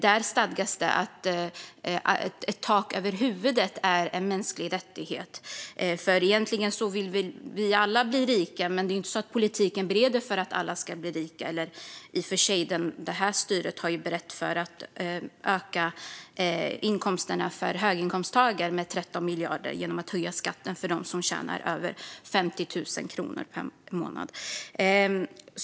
Där stadgas det att tak över huvudet är en mänsklig rättighet. Egentligen vill väl vi alla bli rika. Men det är inte så att politiken bereder för att alla ska bli rika. I och för sig har detta styre berett för att öka inkomsterna för höginkomsttagare med 13 miljarder kronor genom att höja brytpunkten för skatten för dem som tjänar över 50 000 kronor per månad.